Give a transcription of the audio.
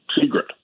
secret